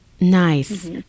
nice